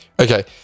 Okay